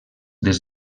des